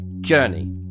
journey